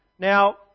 Now